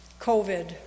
COVID